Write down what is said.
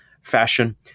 fashion